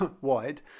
wide